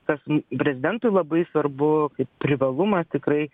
kas m prezidentui labai svarbu kaip privalumas tikrai